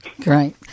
Great